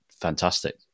fantastic